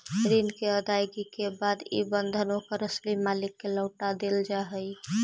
ऋण के अदायगी के बाद इ बंधन ओकर असली मालिक के लौटा देल जा हई